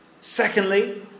Secondly